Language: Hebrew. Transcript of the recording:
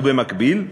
ובמקביל,